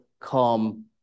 come